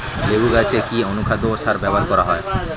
লেবু গাছে কি অনুখাদ্য ও সার ব্যবহার করা হয়?